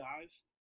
guys